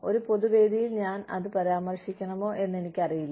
ഒരു പൊതുവേദിയിൽ ഞാൻ അത് പരാമർശിക്കണമോ എന്ന് എനിക്കറിയില്ല